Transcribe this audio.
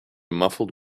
muffled